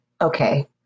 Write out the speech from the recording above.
okay